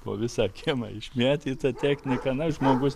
po visą kiemą išmėtyta technika na žmogus